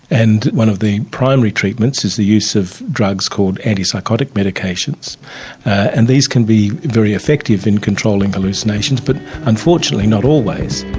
and one of the primary treatments is the use of drugs called antipsychotic medications and these can be very effective in controlling hallucinations, but unfortunately not always.